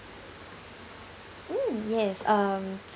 mm yes um